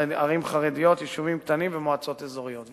ערים חרדיות, יישובים קטנים ומועצות אזוריות.